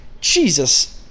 Jesus